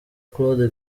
claude